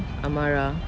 Amara